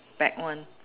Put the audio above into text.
back one